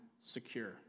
secure